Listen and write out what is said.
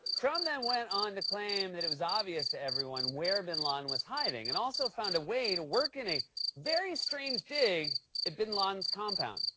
trump then went on to claim that it was obvious to everyone where bin laden was hiding, and also found a way to work in a very strange dig at bin laden's compound.